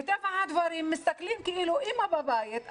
מטבע הדברים מסתכלים כאילו אימא בבית,